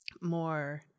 more